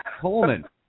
Coleman